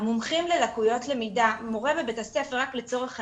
מורה בבית הספר, לצורך העניין,